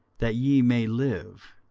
that ye may live,